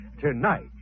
tonight